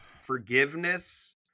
forgiveness